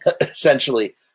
essentially